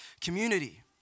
community